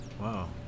Wow